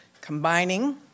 combining